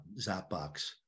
Zapbox